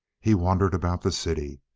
he wandered about the city,